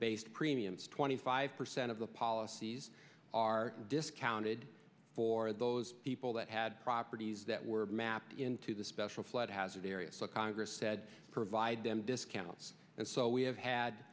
based premiums twenty five percent of the policies are discounted for those people that had properties that were mapped into the special flood hazard area so congress said provide them discounts and so we have had